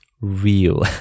real